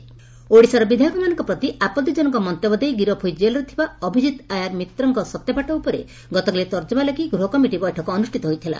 ଅଭିଜିତ୍ ଆୟାର ଓଡିଶାର ବିଧାୟକମାନଙ୍କ ପ୍ରତି ଆପତ୍ତିଜନକ ମନ୍ତବ୍ୟ ଦେଇ ଗିରଫ ହୋଇ ଜେଲରେ ଥିବା ଅଭିକିତ୍ ଆୟର ମିତ୍ରଙ୍କ ସତ୍ୟପାଠ ଉପରେ ଗତକାଲି ତର୍ଜମା ଲାଗି ଗୃହ କମିଟି ବୈଠକ ଅନୁଷ୍ଠିତ ହୋଇଥିଲା